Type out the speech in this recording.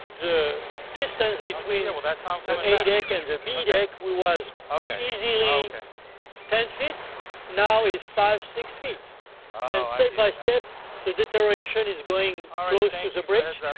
the distance between the a deck and the b deck we was easily ten feet now is five six feet and step by step the deterioration is going close to the bridge